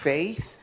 Faith